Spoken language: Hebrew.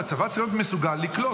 לא, הצבא צריך להיות מסוגל לקלוט.